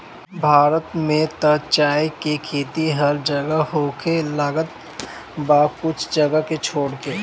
भारत में त चाय के खेती अब हर जगह होखे लागल बा कुछ जगह के छोड़ के